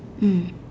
mm